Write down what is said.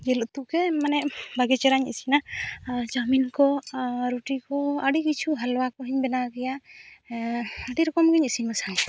ᱡᱤᱞ ᱩᱛᱩ ᱜᱮ ᱢᱟᱱᱮ ᱵᱷᱟᱜᱮ ᱪᱮᱦᱨᱟᱧ ᱤᱥᱤᱱᱟ ᱪᱟᱣᱢᱤᱱ ᱠᱚ ᱟᱨ ᱨᱩᱴᱤ ᱠᱚ ᱟᱹᱰᱤ ᱠᱤᱪᱷᱩ ᱦᱟᱞᱣᱟ ᱠᱚ ᱦᱚᱹᱧ ᱵᱟᱱᱟᱣ ᱜᱮᱭᱟ ᱦᱮᱸ ᱟᱹᱰᱤ ᱨᱚᱠᱚᱢ ᱤᱧ ᱤᱥᱤᱱ ᱵᱟᱥᱟᱝᱼᱟ